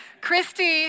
Christy